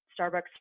Starbucks